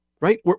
Right